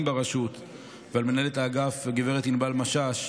ברשות ועל מנהלת האגף גב' ענבל משש,